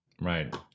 Right